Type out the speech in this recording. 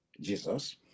Jesus